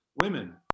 women